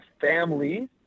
family